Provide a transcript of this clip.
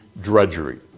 drudgery